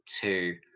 two